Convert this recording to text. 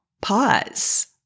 Pause